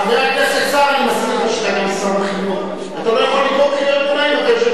חבר הכנסת סער, אני מזכיר לך שאתה גם שר